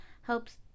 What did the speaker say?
helps